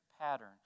pattern